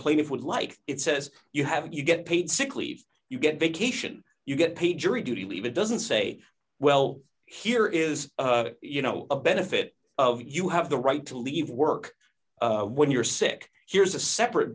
plaintiffs would like it says you have you get paid sick leave you get vacation you get paid jury duty leave it doesn't say well here is you know a benefit of you have the right to leave work when you're sick here's a separate